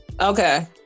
Okay